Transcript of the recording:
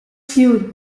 feud